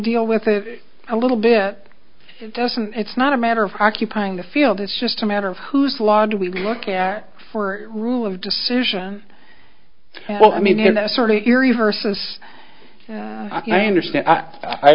deal with it a little bit it doesn't it's not a matter of occupying the field it's just a matter of who's law do we look at for rule of decision well i mean in that sort of eerie versus i understand i